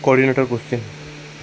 coordinator question